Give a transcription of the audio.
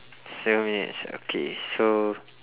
seven minutes okay so